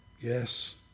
Yes